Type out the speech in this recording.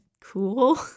cool